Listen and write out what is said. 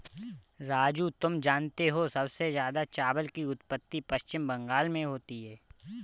राजू तुम जानते हो सबसे ज्यादा चावल की उत्पत्ति पश्चिम बंगाल में होती है